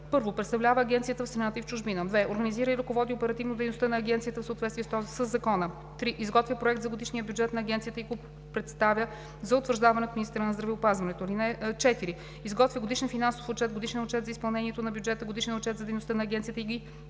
1. представлява Агенцията в страната и в чужбина; 2. организира и ръководи оперативно дейността на Агенцията в съответствие със закона; 3. изготвя проект за годишния бюджет на Агенцията и го представя за утвърждаване от министъра на здравеопазването; 4. изготвя годишен финансов отчет, годишен отчет за изпълнението на бюджета, годишен отчет за дейността на Агенцията и ги